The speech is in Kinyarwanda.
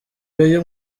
y’uyu